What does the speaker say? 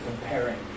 comparing